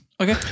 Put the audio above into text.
Okay